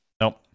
Nope